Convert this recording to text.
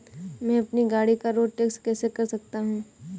मैं अपनी गाड़ी का रोड टैक्स कैसे भर सकता हूँ?